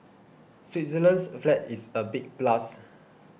Switzerland's flag is a big plus